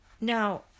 now